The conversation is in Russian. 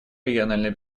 региональной